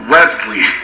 Wesley